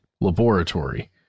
laboratory